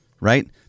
right